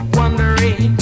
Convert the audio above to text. wondering